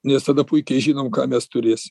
nes tada puikiai žinom ką mes turės